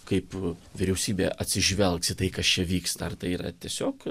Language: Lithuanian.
kaip vyriausybė atsižvelgs į tai kas čia vyksta ar tai yra tiesiog